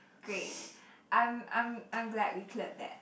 great I'm I'm I'm glad we cleared that